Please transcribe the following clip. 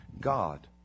God